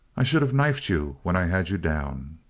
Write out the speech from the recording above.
i should of knifed you when i had you down.